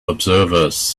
observers